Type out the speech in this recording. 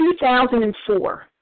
2004